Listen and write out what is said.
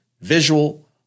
visual